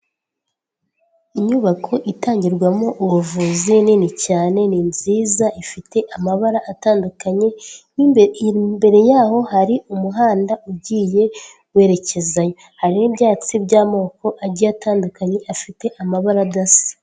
Inyubako itangirwamo ubuvuzi nini cyane ni nziza ifite amabara atandukanye, imbere yaho hari umuhanda ugiye werekezayo, hari n'ibyatsi by'amoko agiye atandukanye bifite amabara adasa.